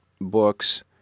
books